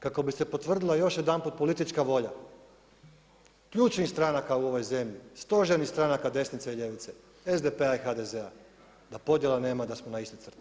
Kako bi se potvrdila još jedanput politička volja, ključnih stranaka u ovoj zemlji, stožernih stranka desnice i ljevice, SDP-a i HDZ-a, da podjele nema, da smo na istoj crti.